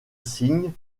cygnes